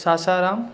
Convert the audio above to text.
शासाराम्